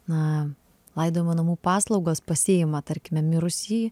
na laidojimo namų paslaugos pasiima tarkime mirusįjį